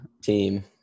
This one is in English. team